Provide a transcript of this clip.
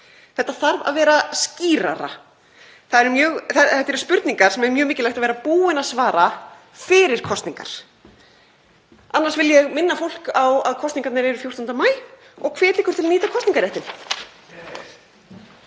Þetta þarf að vera skýrara. Þetta eru spurningar sem er mjög mikilvægt að vera búið að svara fyrir kosningar. Annars vil ég minna fólk á að kosningarnar eru 14. maí og ég hvet ykkur til að nýta kosningaréttinn.